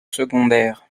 secondaires